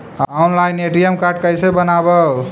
Online ATM card कैसे बनाबौ?